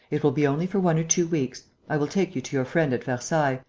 it will be only for one or two weeks. i will take you to your friend at versailles,